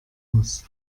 muss